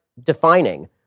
defining